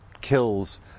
kills